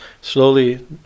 Slowly